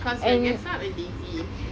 because we're guess what we're lazy